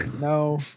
no